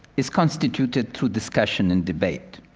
is constituted through discussion and debate.